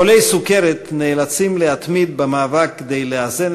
חולי סוכרת נאלצים להתמיד במאבק כדי לאזן